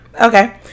okay